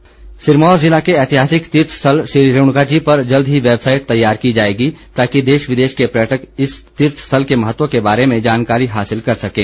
रेणुका सिरमौर ज़िला के ऐतिहासिक तीर्थ स्थल श्री रेणुका जी पर जल्द ही वैबसाईट तैयार की जाएगी ताकि देश विदेश के पर्यटक इस तीर्थ स्थल के महत्व के बारे में जानकारी हासिल कर सकें